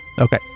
Okay